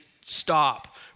stop